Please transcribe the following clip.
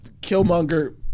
Killmonger